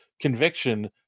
conviction